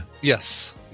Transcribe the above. Yes